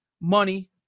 money